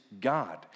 God